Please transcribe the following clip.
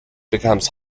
becomes